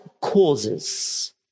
causes